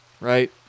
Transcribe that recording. right